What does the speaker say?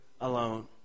alone